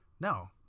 No